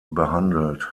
behandelt